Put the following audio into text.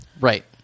Right